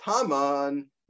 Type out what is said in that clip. Taman